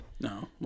no